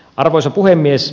arvoisa puhemies